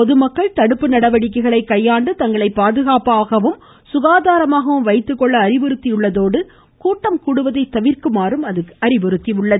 பொதுமக்கள் தடுப்பு நடவடிக்கைகளை கையாண்டு தங்களை பாதுகாப்பாகவும் சுகாதாரமாகவும் வைத்து கொள்ள அறிவுறுத்தியுள்ளதோடு கூட்டம் கூடுவதை தவிர்க்குமாறும் கேட்டுக்கொண்டுள்ளது